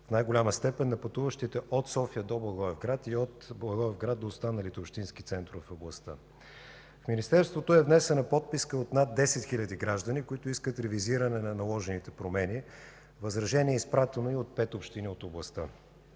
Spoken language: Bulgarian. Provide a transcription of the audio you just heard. в най-голяма степен на пътуващите от София до Благоевград и от Благоевград до останалите общински центрове в областта. В Министерството е внесена подписка от над 10 хил. граждани, които искат ревизиране на наложените промени. Възражение е изпратено и от пет общини от областта.